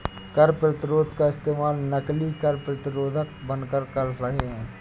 कर प्रतिरोध का इस्तेमाल नकली कर प्रतिरोधक बनकर कर रहे हैं